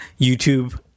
YouTube